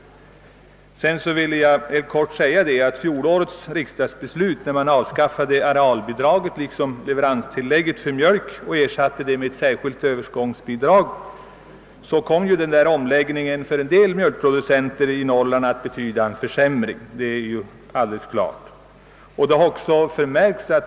För det andra vill jag framhålla att fjolårets riksdagsbeslut om att avskaffa arealbidraget liksom leveranstilllägget för mjölk och ersätta dem med ett särskilt övergångsbidrag kom att betyda försämringar för en del mjölkproducenter i Norrland. Man har också kunnat konstatera att mjölkproduktionen har minskat.